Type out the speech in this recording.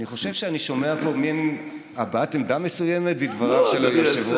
אני חושב שאני שומע פה מין הבעת עמדה מסוימת בדבריו של היושב-ראש,